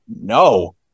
no